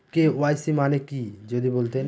KYC মানে কি যদি বলতেন?